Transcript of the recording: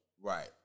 Right